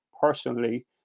personally